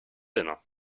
dinner